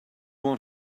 what